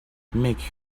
make